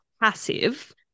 passive